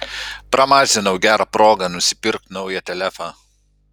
pramazinau gerą progą nusipirkt naują telefą